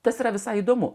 kas yra visai įdomu